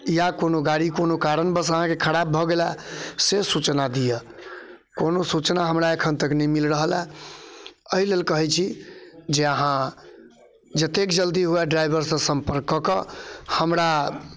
या कोनो गाड़ी कोनो कारणवश अहाँके खराब भऽ गेलै से सूचना दिऽ कोनो सूचना हमरा एखन तक नहि मिल रहलै अइ लेल कहै छी जे अहाँ जतेक जल्दी हुए ड्राइवरसँ सम्पर्क कऽ कऽ हमरा